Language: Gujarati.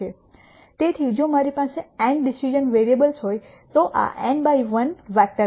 તેથી જો મારી પાસે n ડિસિઝન વેરીએબલ્સ હોય તો આ n બાય 1 વેક્ટર હશે